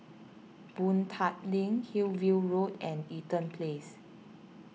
Boon Tat Link Hillview Road and Eaton Place